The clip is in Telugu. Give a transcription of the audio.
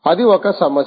అది ఒక సమస్య